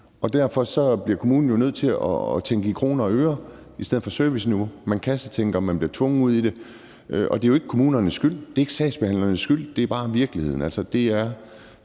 derfor bliver kommunen jo nødt til at tænke i kroner og øre i stedet for serviceniveau. Man kassetænker, man bliver tvunget ud i det, og det er jo ikke kommunernes skyld, det er ikke sagsbehandlernes skyld, det er bare virkeligheden,